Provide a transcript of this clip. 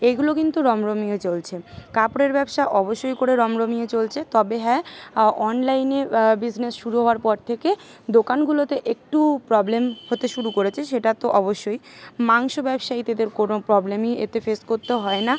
এইগুলো কিন্তু রমরমিয়ে চলছে কাপড়ের ব্যবসা অবশ্যই করে রমরমিয়ে চলছে তবে হ্যাঁ অ অনলাইনে বিসনেস শুরু হওয়ার পর থেকে দোকানগুলোতে একটু প্রবলেম হতে শুরু করেছে সেটা তো অবশ্যই মাংস ব্যবসায়ী তাদের কোনো প্রবলেমই এতে ফেস করতে হয় না